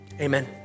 Amen